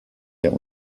der